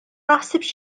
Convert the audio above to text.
naħsibx